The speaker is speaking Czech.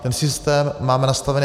Ten systém máme nastaven.